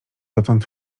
dotąd